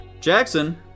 Jackson